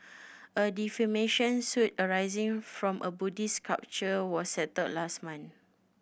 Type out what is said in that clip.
a defamation suit arising from a Buddhist sculpture was settled last month